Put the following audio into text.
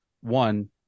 one